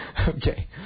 Okay